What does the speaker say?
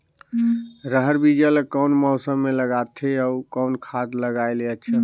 रहर बीजा ला कौन मौसम मे लगाथे अउ कौन खाद लगायेले अच्छा होथे?